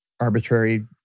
arbitrary